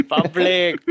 Public